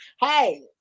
Hey